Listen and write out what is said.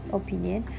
opinion